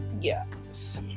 yes